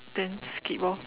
then skip lor